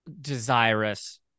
desirous